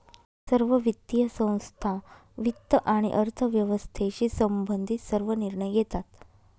सर्व वित्तीय संस्था वित्त आणि अर्थव्यवस्थेशी संबंधित सर्व निर्णय घेतात